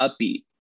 upbeat